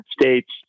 States